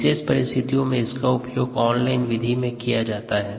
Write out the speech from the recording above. विशेष परिस्थितियों में इसका उपयोग ऑन लाइन विधि में किया जा सकता है